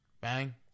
Bang